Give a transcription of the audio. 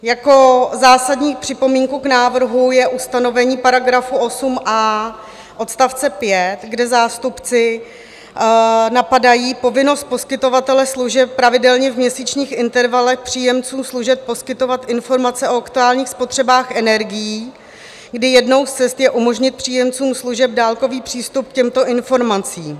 Jako zásadní připomínka k návrhu je ustanovení § 8A odst. 5, kde zástupci napadají povinnost poskytovatele služeb pravidelně v měsíčních intervalech příjemcům služeb poskytovat informace o aktuálních spotřebách energií, kdy jednou z cest je umožnit příjemcům služeb dálkový přístup k těmto informacím.